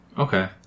Okay